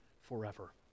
forever